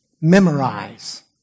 Memorize